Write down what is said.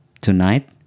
tonight